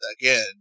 again